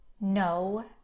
No